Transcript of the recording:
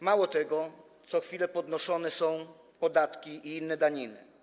Mało tego, co chwilę podnoszone są podatki i inne daniny.